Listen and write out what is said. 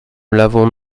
l’avons